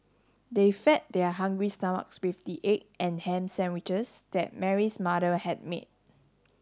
they fed their hungry stomachs with the egg and ham sandwiches that Mary's mother had made